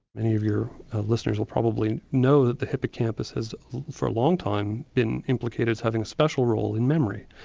many of your listeners will probably know that the hippocampus has for a long time been implicated to having a special role in memory,